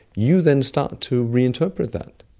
you then start to reinterpret that.